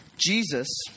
Jesus